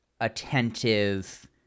attentive